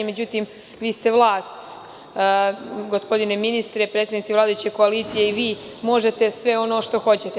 Međutim, vi ste vlast, gospodine ministre, predstavnici vladajuće koalicije, i vi možete sve ono što hoćete.